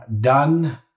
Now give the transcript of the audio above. done